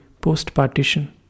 post-partition